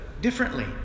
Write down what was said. differently